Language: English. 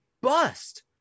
bust